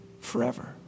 forever